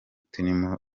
turimo